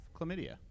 chlamydia